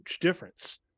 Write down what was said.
difference